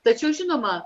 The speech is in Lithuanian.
tačiau žinoma